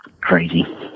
Crazy